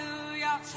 Hallelujah